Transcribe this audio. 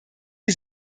wie